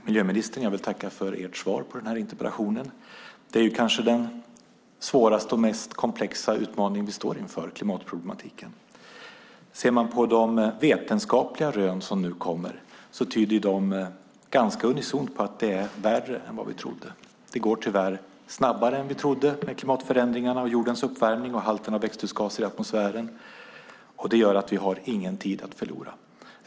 Herr talman! Jag vill tacka för ert svar på interpellationen, miljöministern. Klimatproblematiken är kanske den svåraste och mest komplexa utmaning vi står inför. Ser man på de vetenskapliga rön som nu kommer tyder de ganska unisont på att det är värre än vad vi trodde. Det går tyvärr snabbare än vad vi trodde med klimatförändringarna, jordens uppvärmning och halterna av växthusgaser i atmosfären. Det gör att vi inte har någon tid att förlora.